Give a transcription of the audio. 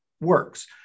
works